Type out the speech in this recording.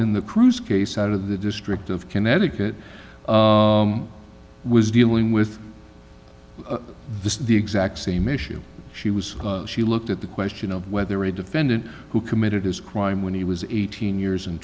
in the cruise case out of the district of connecticut was dealing with this is the exact same issue she was she looked at the question of whether a defendant who committed his crime when he was eighteen years and